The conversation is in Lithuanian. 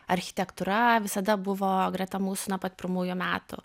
architektūra visada buvo greta mūsų nuo pat pirmųjų metų